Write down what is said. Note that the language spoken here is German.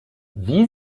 wie